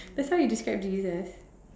that's what he described to you as